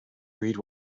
read